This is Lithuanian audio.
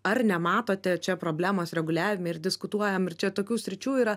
ar nematote čia problemos reguliavime ir diskutuojam ir čia tokių sričių yra